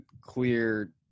clear